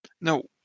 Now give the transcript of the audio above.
no